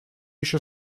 еще